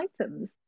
items